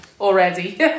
already